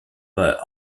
but